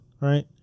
right